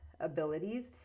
abilities